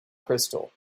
crystal